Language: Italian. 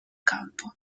campo